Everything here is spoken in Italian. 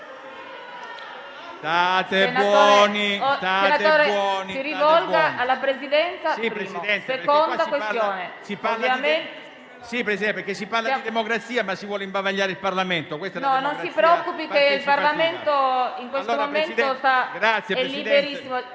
Sì, Presidente, perché si parla di democrazia, ma si vuole imbavagliare il Parlamento. PRESIDENTE. Non si preoccupi che il Parlamento in questo momento è liberissimo.